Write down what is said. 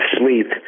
sleep